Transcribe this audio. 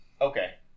Okay